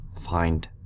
find